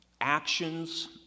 actions